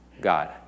God